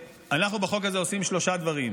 בחוק הזה אנחנו עושים שלושה דברים.